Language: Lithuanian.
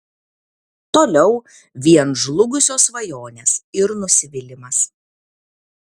toliau vien žlugusios svajonės ir nusivylimas